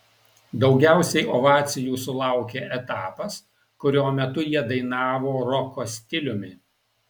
daugiausiai ovacijų sulaukė etapas kurio metu jie dainavo roko stiliumi